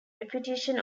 reputation